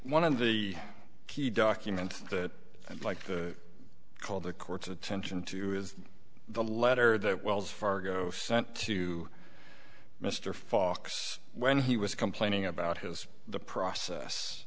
one of the key documents that i'd like the call the court's attention to you is the letter that wells fargo sent to mr fox when he was complaining about his the process